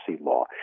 law